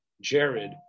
Jared